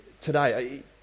today